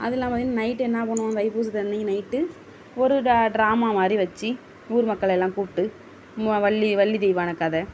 அது இல்லாமல் நைட் என்ன பண்ணுவோம் தைப்பூசத்து அன்றைக்கு நைட் ஒரு ட்ரா ட்ராமா மாதிரி வச்சு ஊர் மக்களையெல்லாம் கூப்பிட்டு வள்ளி வள்ளி தெய்வானை கதை